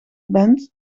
bent